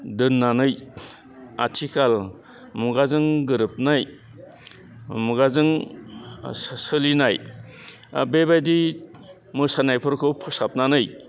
दोन्नानै आथिखाल मुगाजों गोरोबनाय मुगाजों सोलिनाय बेबायदि मोसानायफोरखौ फोसाबनानै